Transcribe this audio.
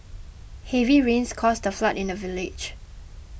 heavy rains caused a flood in the village